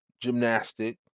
gymnastic